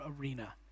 arena